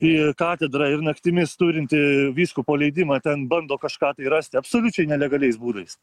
į katedrą ir naktimis turinti vyskupo leidimą ten bando kažką tai rasti absoliučiai nelegaliais būdais